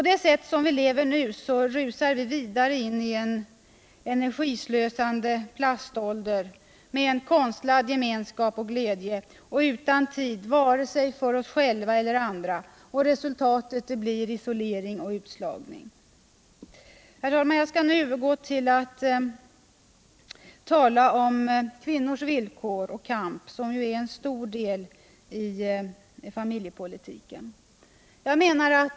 Det sätt vi nu lever på innebär att vi rusar vidare in i en energislösande plastålder med konstlad gemenskap och glädje och utan tid vare sig för oss själva eller för andra, och resultatet blir isolering och utslagning. Herr talman! Jag skall nu övergå till att tala om kvinnors villkor och kamp, som ju är en stor del i familjepolitiken.